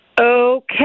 Okay